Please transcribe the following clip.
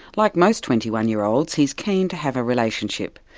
like most twenty one year olds, he's keen to have a relationship,